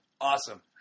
Awesome